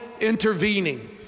intervening